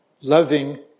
loving